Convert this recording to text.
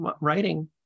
Writing